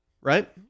Right